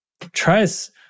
tries